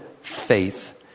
faith